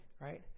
right